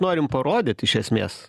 norim parodyt iš esmės